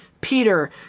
Peter